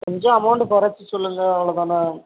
கொஞ்சம் அமௌன்ட் குறச்சி சொல்லுங்கள் அவ்வளோ தானே